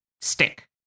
stick